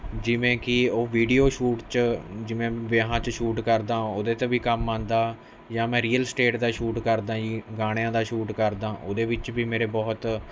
ਜਿਵੇਂ ਕਿ ਉਹ ਵੀਡੀਓ ਸ਼ੂਟ 'ਚ ਜਿਵੇਂ ਵਿਆਹਾਂ 'ਚ ਸ਼ੂਟ ਕਰਦਾ ਉਹਦੇ 'ਤੇ ਵੀ ਕੰਮ ਆਉਂਦਾ ਜਾਂ ਮੈਂ ਰੀਅਲ ਸਟੇਟ ਦਾ ਸ਼ੂਟ ਕਰਦਾਂ ਜੀ ਗਾਣਿਆਂ ਦਾ ਸ਼ੂਟ ਕਰਦਾਂ ਉਹਦੇ ਵਿੱਚ ਵੀ ਮੇਰੇ ਬਹੁਤ